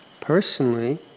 Personally